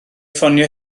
ffonio